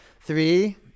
Three